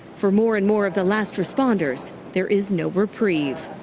for more and more of the last responders, there is no reprieve.